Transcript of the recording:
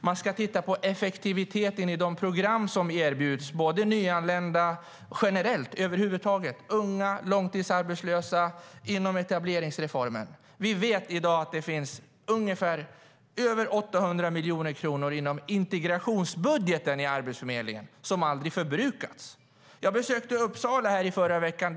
Man ska titta på effektiviteten i de program som erbjuds nyanlända generellt över huvud taget, unga och långtidsarbetslösa inom etableringsreformen. Vi vet i dag att det finns över 800 miljoner kronor inom integrationsbudgeten i Arbetsförmedlingen som aldrig förbrukas. Jag besökte Arbetsförmedlingen i Uppsala i förra veckan.